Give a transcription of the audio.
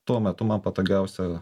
tuo metu man patogiausią